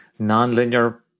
nonlinear